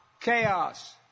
chaos